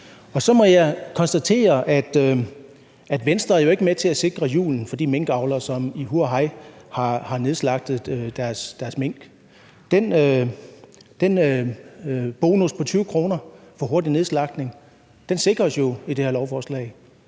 ud. Så må jeg konstatere, at Venstre jo ikke er med til at sikre julen for de minkavlere, som i huj og hast har nedslagtet deres mink. Den bonus på 20 kr. for hurtig nedslagtning sikres jo i det her lovforslag.